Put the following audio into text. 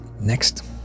next